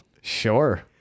Sure